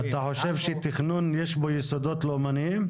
אתה חושב שתכנון יש בו יסודות לאומניים?